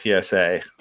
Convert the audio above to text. psa